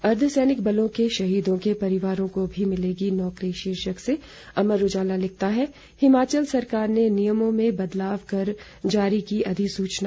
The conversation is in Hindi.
अर्द्वसैनिक बलों के शहीदों के परिजनों को भी मिलेगी नौकरी शीर्षक से अमर उजाला लिखता है हिमाचल सरकार ने नियमों में बदलाव कर जारी की अधिसूचना